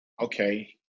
okay